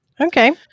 okay